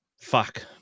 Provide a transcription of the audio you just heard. fuck